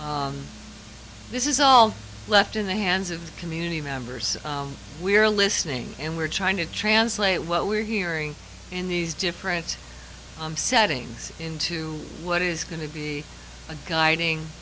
this is all left in the hands of the community members we're listening and we're trying to translate what we're hearing in these different settings into what is going to be a guiding